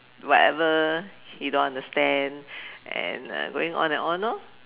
whatever he don't understand and uh going on and on lor